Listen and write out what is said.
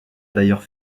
d’ailleurs